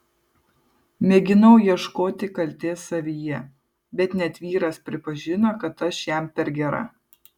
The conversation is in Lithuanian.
mėginau ieškoti kaltės savyje bet net vyras pripažino kad aš jam per gera